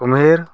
Kumher